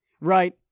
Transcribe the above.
right